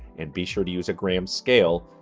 and be sure to use a gram scale,